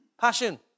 Passion